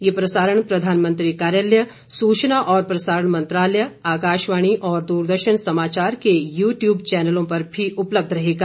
यह प्रसारण प्रधानमंत्री कार्यालय सूचना और प्रसारण मंत्रालय आकाशवाणी और दूरदर्शन समाचार के यू ट्यूब चौनलों पर भी उपलब्ध रहेगा